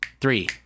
three